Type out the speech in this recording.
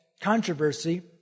controversy